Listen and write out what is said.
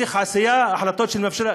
צריך עשייה, החלטות של ממשלה.